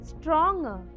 stronger